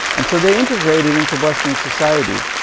and so, they integrated into bosnian society.